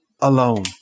alone